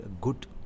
good